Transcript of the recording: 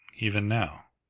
even now?